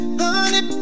honey